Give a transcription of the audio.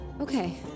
Okay